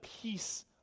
peace